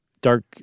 dark